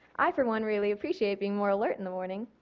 i for one really appreciate being more alert in the morning.